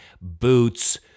boots